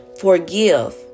Forgive